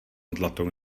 zlatou